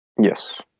Yes